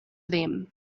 them